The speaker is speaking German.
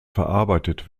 verarbeitet